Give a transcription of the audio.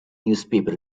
newspaper